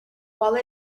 while